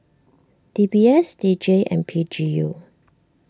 D B S D J and P G U